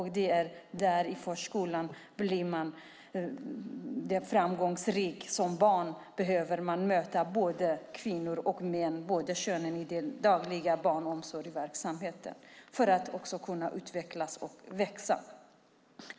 Som barn behöver man möta både kvinnor och män i den dagliga barnomsorgsverksamheten för att kunna utvecklas och växa.